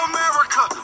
America